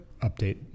update